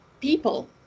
people